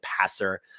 passer